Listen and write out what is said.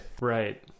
right